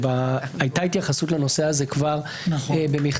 שהייתה התייחסות לנושא הזה כבר במכתבה